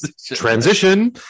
Transition